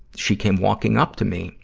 she came walking up to me.